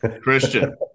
Christian